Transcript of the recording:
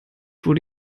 wurde